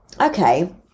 Okay